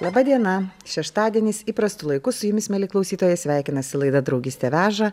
laba diena šeštadienis įprastu laiku su jumis mieli klausytojai sveikinasi laida draugystė veža